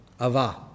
Ava